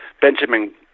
Benjamin